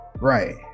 Right